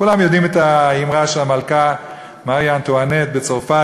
כולם מכירים את האמרה של המלכה מרי אנטואנט בצרפת,